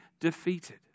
defeated